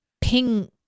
ping